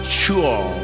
sure